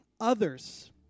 others